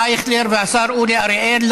אייכלר והשר אורי אריאל,